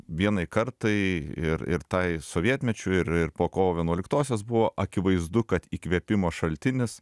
vienai kartai ir ir tai sovietmečio ir ir po kovo vienuoliktosios buvo akivaizdu kad įkvėpimo šaltinis